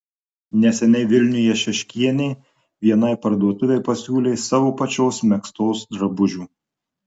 neseniai vilniuje šeškienė vienai parduotuvei pasiūlė savo pačios megztos drabužių